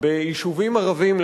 ביישובים ערביים,